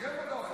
אויב או לא אויב?